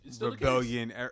rebellion